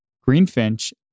Greenfinch